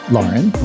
Lauren